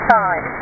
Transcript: time